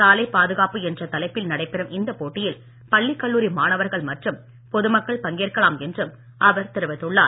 சாலை பாதுகாப்பு என்ற தலைப்பில் நடைபெறும் இந்த போட்டியில் பள்ளி கல்லூரி மாணவர்கள் மற்றும் பொதுமக்கள் பங்கேற்கலாம் என்றும் அவர் தெரிவித்துள்ளார்